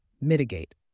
mitigate